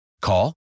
Call